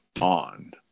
on